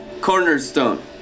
cornerstone